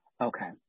Okay